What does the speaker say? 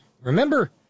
Remember